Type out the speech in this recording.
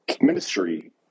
ministry